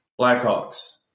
Blackhawks